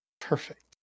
Perfect